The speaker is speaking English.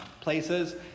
places